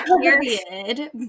Period